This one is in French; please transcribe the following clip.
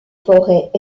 forêts